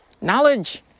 Knowledge